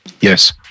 Yes